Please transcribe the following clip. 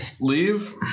leave